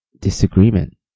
disagreement